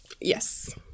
Yes